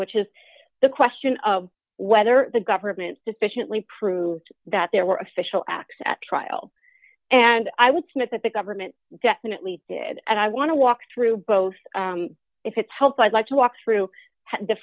which is the question of whether the government sufficiently proved that there were official acts at trial and i would submit that the government definitely did and i want to walk through both if it helps i'd like to walk through the